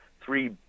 three